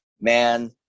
man